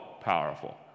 powerful